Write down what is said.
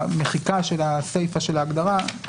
המחיקה של הסיפה של ההגדרה,